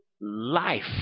life